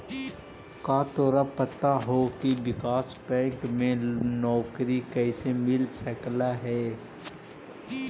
का तोरा पता हो की विकास बैंक में नौकरी कइसे मिल सकलई हे?